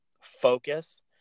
focus